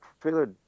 trailer